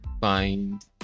find